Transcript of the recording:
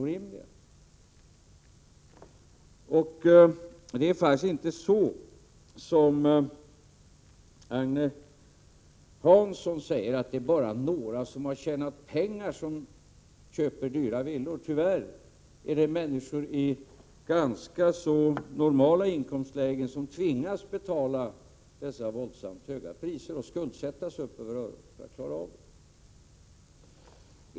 Det är faktiskt inte så som Agne Hansson säger att det bara är några som har tjänat pengar som köper dyra villor. Tyvärr är det människor i ganska normala inkomstlägen som tvingas betala dessa våldsamt höga priser och skuldsätta sig upp över öronen för att klara av det.